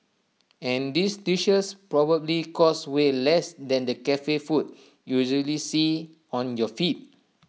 and these dishes probably cost way less than the Cafe food you usually see on your feed